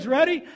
ready